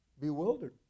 bewildered